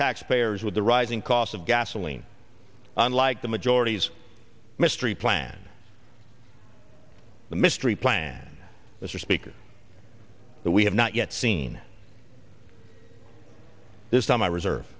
taxpayers with the rising cost of gasoline unlike the majority's mystery plan the mystery plan mr speaker that we have not yet seen this time i reserve